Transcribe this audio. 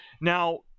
Now